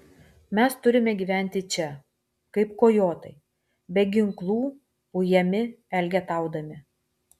mes turime gyventi čia kaip kojotai be ginklų ujami elgetaudami